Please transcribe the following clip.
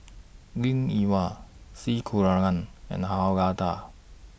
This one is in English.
Linn in Hua C Kunalan and Han Lao DA